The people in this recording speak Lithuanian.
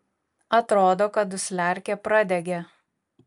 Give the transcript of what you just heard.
atrodo kad dusliarkė pradegė